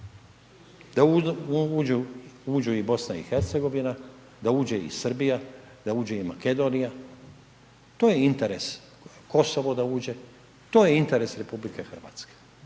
da uđu i Bosna i Hercegovina, da uđe i Srbija, da uđe i Makedonija to je interes, Kosovo da uđe to je interes Republike Hrvatske.